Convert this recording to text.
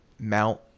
mount